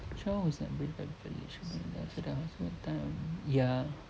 child who is not embraced by the village burn it down yeah